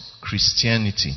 Christianity